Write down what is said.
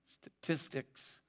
Statistics